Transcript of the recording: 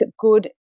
good